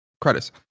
Credits